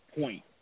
point